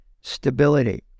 stability